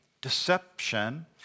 Deception